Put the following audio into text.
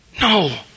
No